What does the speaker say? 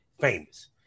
famous